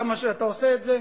כמה שאתה עושה את זה,